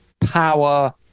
power